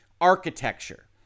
architecture